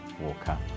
Walker